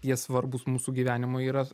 jie svarbūs mūsų gyvenimui yra